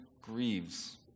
grieves